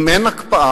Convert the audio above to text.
אם אין הקפאה,